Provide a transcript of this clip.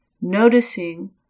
noticing